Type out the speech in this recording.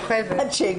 בבקשה.